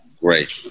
Great